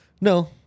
No